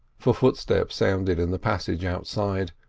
for footsteps sounded in the passage outside,